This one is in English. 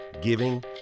giving